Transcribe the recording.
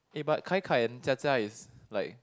eh but kai kai and Jia Jia is like